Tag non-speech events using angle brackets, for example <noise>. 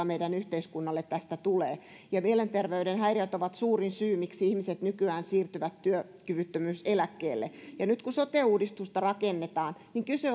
<unintelligible> meidän yhteiskunnallemme tästä tulee ovat noin yksitoista miljardia ja mielenterveyden häiriöt ovat suurin syy miksi ihmiset nykyään siirtyvät työkyvyttömyyseläkkeelle nyt kun sote uudistusta rakennetaan kyse <unintelligible>